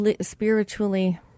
spiritually